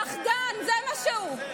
פחדן, זה מה שהוא.